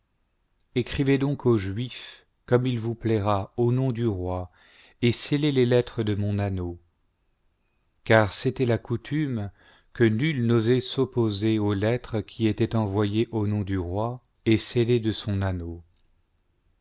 ecrivez donc aux juifs comme il vous plaira au nom du roi et scellez les lettres de mon anneau car c'était la coutume que nul n'osait s'opposer aux lettres qui étaient envoyées au nom du roi et scellées de son anneau